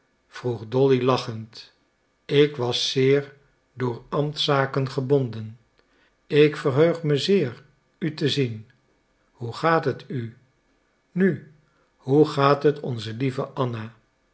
vroeg dolly lachend ik was zeer door ambtszaken gebonden ik verheug me zeer u te zien hoe gaat het u nu hoe gaat het onze lieve anna